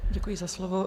Děkuji za slovo.